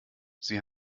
sie